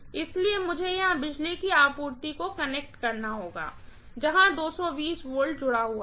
इसलिए मुझे यहां बिजली की आपूर्ति को कनेक्ट करना होगा जहां 220 V जुड़ा हुआ है